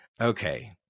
Okay